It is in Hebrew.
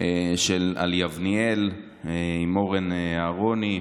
על יבניאל עם אורן אהרוני,